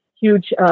huge